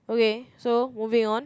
okay so moving on